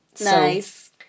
Nice